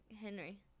Henry